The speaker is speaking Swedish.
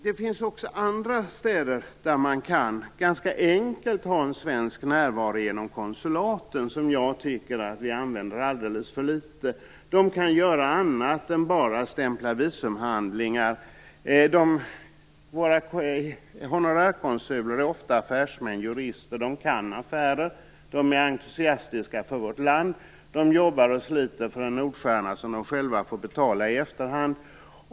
Det finns också andra städer där man ganska enkelt skulle kunna ha en svensk närvaro genom konsulaten, som jag tycker att vi använder alldeles för litet. De kan göra annat än att bara stämpla visumhandlingar. Våra honorärkonsuler är ofta affärsmän och jurister. De kan affärer och de är entusiastiska för vårt land. De jobbar och sliter för en Nordstjärna som de själva får betala i efterhand.